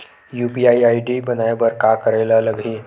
UPI ID बनाये बर का करे ल लगही?